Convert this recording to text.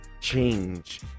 Change